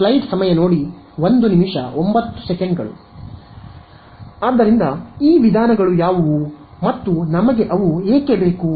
ಆದ್ದರಿಂದ ಈ ವಿಧಾನಗಳು ಯಾವುವು ಮತ್ತು ನಮಗೆ ಅವು ಏಕೆ ಬೇಕು